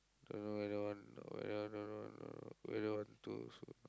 don't know whether want or not whether whether want to also